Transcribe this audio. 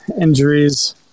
injuries